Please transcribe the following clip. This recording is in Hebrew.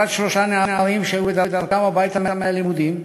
חטיפת שלושה נערים שהיו בדרכם הביתה מהלימודים.